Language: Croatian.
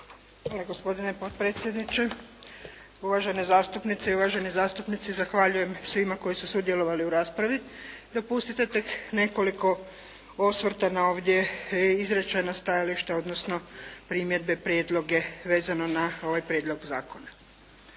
Hvala gospodine potpredsjedniče, uvažene zastupnice i uvažene zastupnici. Zahvaljujem svima koji su sudjelovali u raspravi. Dopustite tek nekoliko osvrta na ovdje izrečena stajališta, odnosno primjedbe, prijedloge vezano na ovaj prijedlog zakona.